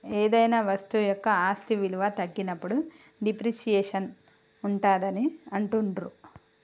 ఏదైనా వస్తువు యొక్క ఆస్తి విలువ తగ్గినప్పుడు డిప్రిసియేషన్ ఉంటాదని అంటుండ్రు